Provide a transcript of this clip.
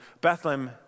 Bethlehem